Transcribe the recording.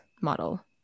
model